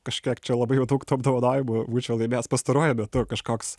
kažkiek čia labai jau daug tų apdovanojimų būčiau laimėjęs pastaruoju metu kažkoks